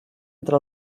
entre